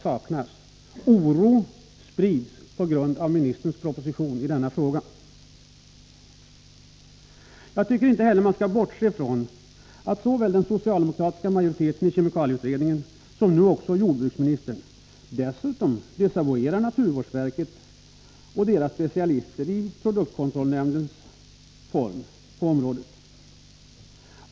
Oro sprids i denna fråga på grund av jordbruksministerns proposition. Jag tycker inte heller att man kan bortse från att såväl den socialdemokratiska majoriteten i kemikalieutredningen som nu också jordbruksministern dessutom desavouerar naturvårdsverket och dess specialister på området i produktkontrollnämnden.